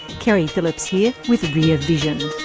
keri phillips here with rear vision.